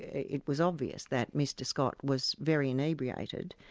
it was obvious that mr scott was very inebriated,